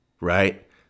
right